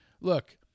look